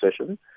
session